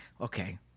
Okay